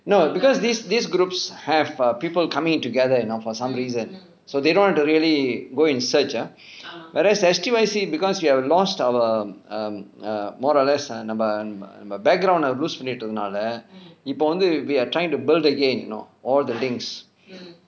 no because this this groups have err people coming together you know for some reason so they don't have to really go and search ah whereas S_T_Y_C because we have lost our um err more or less err background lose பண்ணிட்ட நால இப்போ வந்து:pannitta naala ippo vanthu we are trying to build again you know all the things